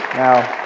now